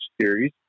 series